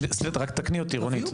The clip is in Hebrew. תקני אותי רונית.